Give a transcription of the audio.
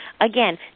again